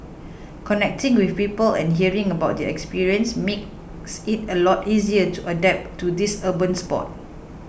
connecting with people and hearing about their experience makes it a lot easier to adapt to this urban sport